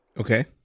Okay